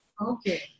Okay